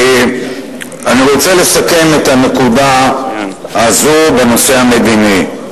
אני רוצה לסכם את הנקודה הזו בנושא המדיני: